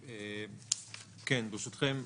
בבקשה.